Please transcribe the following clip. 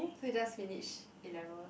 so you just finish A levels